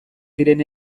diren